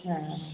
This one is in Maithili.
हाँ